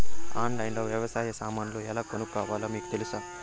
ఆన్లైన్లో లో వ్యవసాయ సామాన్లు ఎలా కొనుక్కోవాలో మీకు తెలుసా?